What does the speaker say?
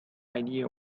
idea